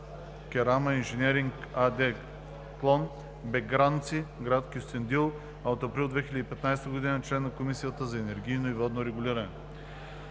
„Кераминженеринг“ АД, клон Багренци, град Кюстендил, а от април 2015 г. е член на Комисията за енергийно и водно регулиране.